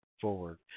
forward